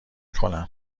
کنم